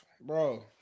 bro